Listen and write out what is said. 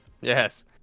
Yes